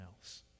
else